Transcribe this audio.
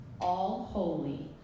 all-holy